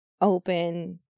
open